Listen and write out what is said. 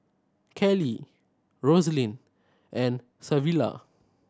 Cali Roselyn and Savilla